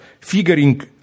figuring